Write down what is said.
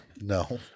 No